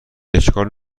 اشکال